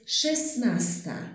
szesnasta